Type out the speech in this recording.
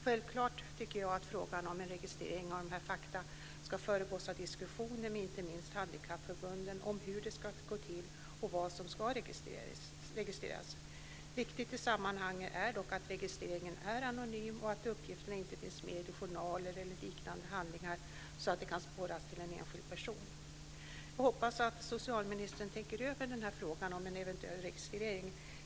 Självklart ska ett beslut i frågan om registrering föregås av diskussioner, inte minst med handikappförbunden, om hur det ska gå till och om vad som ska registreras. Viktigt i sammanhanget är dock att registreringen är anonym och att uppgifterna inte finns med i journaler eller liknande handlingar, så att de kan spåras till en enskild person. Jag hoppas att socialministern tänker över frågan om en eventuell registrering.